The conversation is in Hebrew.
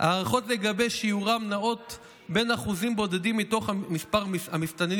"הערכות לגבי שיעורם נעות בין אחוזים בודדים מתוך מספר המסתננים